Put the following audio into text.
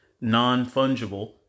non-fungible